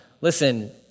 Listen